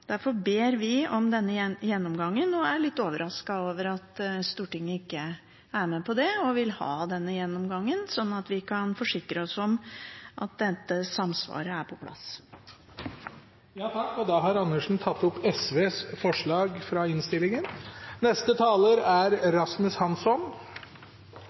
Derfor ber vi om denne gjennomgangen og er litt overrasket over at Stortinget ikke er med på det, sånn at vi kan forsikre oss om at dette samsvaret er på plass. Representanten Karin Andersen har tatt opp